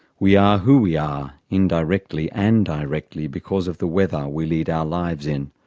we are who we are, indirectly and directly because of the weather we lead our lives in.